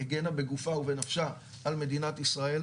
הגינה בגופה ובנפשה על מדינת ישראל,